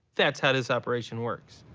that's how this operation works.